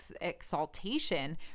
exaltation